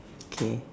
okay